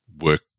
work